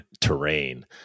terrain